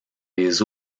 les